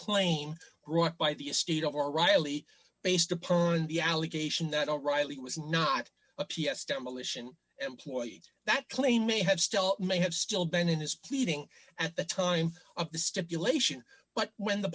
claim by the estate of our reilly based upon the allegation that o'reilly was not a p s demolition employee that clain may have still may have still been in his pleading at the time of the stipulation but when the